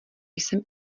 jsem